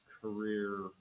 career